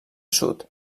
sud